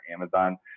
Amazon